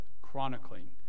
chronicling